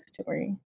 story